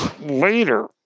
Later